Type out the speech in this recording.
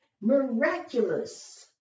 miraculous